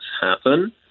happen